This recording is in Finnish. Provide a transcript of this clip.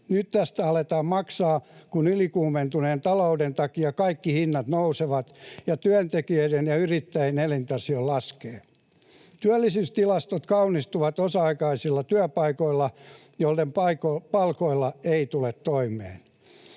Nyt tästä aletaan maksaa, kun ylikuumentuneen talouden takia kaikki hinnat nousevat ja työntekijöiden ja yrittäjien elintaso laskee. Työllisyystilastot kaunistuvat osa-aikaisilla työpaikoilla, joiden palkoilla ei tule toimeen.